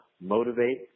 motivate